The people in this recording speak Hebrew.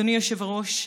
אדוני היושב-ראש,